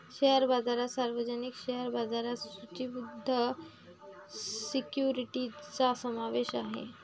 share बाजारात सार्वजनिक share बाजारात सूचीबद्ध सिक्युरिटीजचा समावेश आहे